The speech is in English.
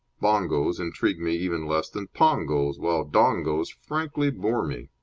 bongos intrigue me even less than pongos, while dongos frankly bore me.